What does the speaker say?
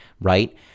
right